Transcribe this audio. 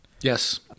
Yes